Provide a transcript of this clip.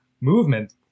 movement